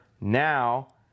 now